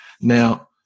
Now